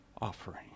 offering